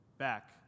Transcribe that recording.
back